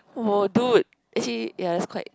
oh dude actually yea it's quite